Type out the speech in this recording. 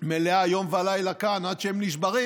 מלאה יום ולילה כאן עד שהם נשברים,